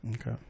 Okay